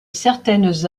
certaines